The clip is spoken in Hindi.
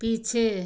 पीछे